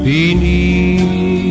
Beneath